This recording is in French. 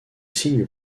signent